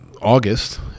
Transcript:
August